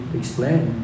explain